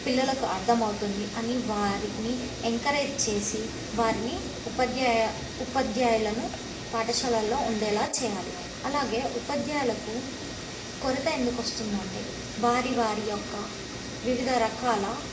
పిల్లలకు అర్థం అవుతుంది అని వారిని ఎంకరేజ్ చేసి వారిని ఉపాధ్యాయ ఉపాధ్యాయులను పాఠశాలల్లో ఉండేలా చేయాలి అలాగే ఉపాధ్యాయులకు కొరత ఎందుకు వస్తుంది అంటే వారి వారి యొక్క వివిధ రకాల